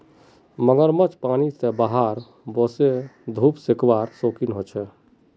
मगरमच्छ पानी से बाहर वोसे धुप सेकवार शौक़ीन होचे